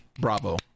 Bravo